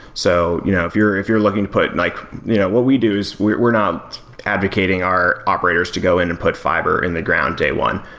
so you know if you're if you're looking to put like what we do is we're we're not advocating our operators to go in and put fiber in the ground day one,